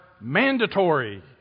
mandatory